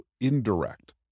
indirect